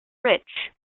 rich